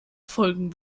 folgen